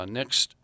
next